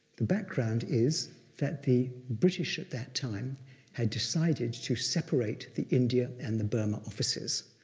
the background is that the british at that time had decided to separate the india and the burma offices.